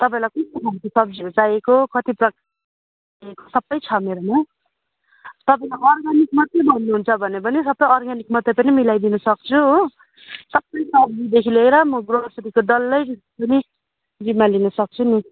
तपाईँलाई कुन कुन खालको सब्जीहरू चाहिएको कति प्रकारको सबै छ मेरोमा तपाईँलाई अर्ग्यानिक मात्रै भन्नुहुन्छ भने पनि सबै अर्ग्यानिक मात्रै पनि मिलाइदिनु सक्छु हो सबै सब्जीदेखि लिएर म ग्रोसरीको डल्लै पनि जिम्मा लिनु सक्छु नि